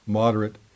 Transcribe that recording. moderate